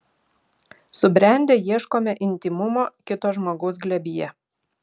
subrendę ieškome intymumo kito žmogaus glėbyje